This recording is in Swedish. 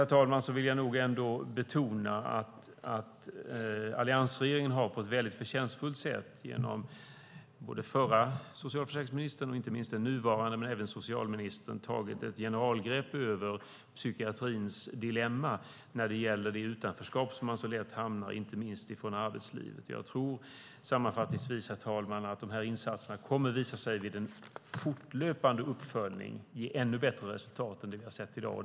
Sammantaget vill jag nog ändå betona att alliansregeringen på ett väldigt förtjänstfullt sätt genom både förra socialförsäkringsministern och inte minst den nuvarande men även socialministern har tagit ett generalgrepp över psykiatrins dilemma. Det gäller det utanförskap inte minst från arbetslivet som människor så lätt hamnar i. Herr talman! Jag tror sammanfattningsvis att dessa insatser kommer att vid fortlöpande uppföljning visa sig ge ännu bättre resultat än vad vi har sett i dag.